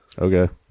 Okay